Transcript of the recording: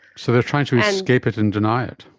so they are trying to escape it and deny it.